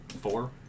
Four